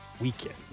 weekend